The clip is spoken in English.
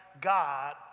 God